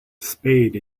spade